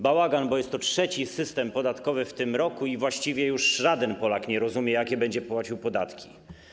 Bałagan, bo jest to trzeci system podatkowy w tym roku i właściwie już żaden Polak nie rozumie, jakie będzie płacił podatki.